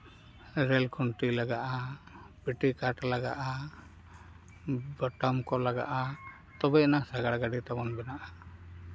rail ᱠᱷᱩᱱᱴᱤ ᱞᱟᱜᱟᱜᱼᱟ ᱠᱟᱴᱷ ᱞᱟᱜᱟᱜᱼᱟ ᱵᱳᱴᱟᱢ ᱠᱚ ᱞᱟᱜᱟᱜᱼᱟ ᱛᱚᱵᱮ ᱟᱱᱟᱝ ᱥᱟᱸᱜᱟᱲ ᱜᱟᱹᱰᱤ ᱛᱟᱵᱚᱱ ᱵᱮᱱᱟᱜᱼᱟ